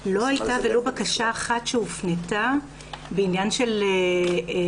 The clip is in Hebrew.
לא הייתה ולו בקשה אחת שהופנתה בעניין של הורה